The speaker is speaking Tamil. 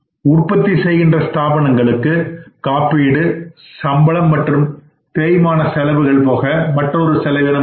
உற்பத்தி செய்கின்ற ஸ்தாபனங்களுக்கு காப்பீடு சம்பளம் மற்றும் தேய்மான செலவுகள் போக மற்றுமொரு செலவினம் உள்ளது